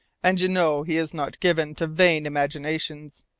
and you know he is not given to vain imaginations.